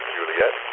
Juliet